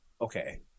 Okay